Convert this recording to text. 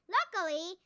Luckily